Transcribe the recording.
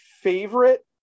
favorite